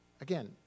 Again